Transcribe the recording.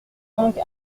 donc